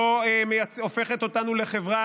לא הופכת אותנו לחברה